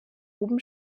oben